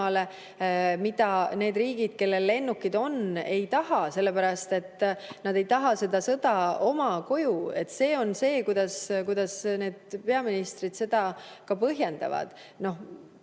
mida need riigid, kellel lennukid on, ei taha, sest nad ei taha seda sõda oma koju. See on see, kuidas need peaministrid seda põhjendavad. Mis